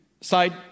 side